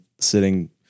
sitting